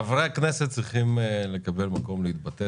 חברי הכנסת צריכים לקבל מקום להתבטא.